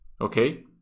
okay